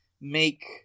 make